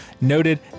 noted